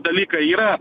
dalykai yra